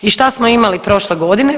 I šta smo imali prošle godine?